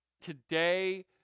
today